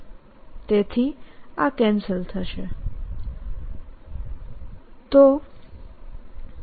તેથીઆ કેન્સલ થશે